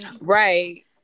right